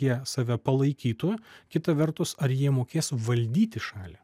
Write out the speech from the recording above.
jie save palaikytų kita vertus ar jie mokės valdyti šalį